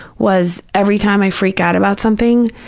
was every time i freak out about something,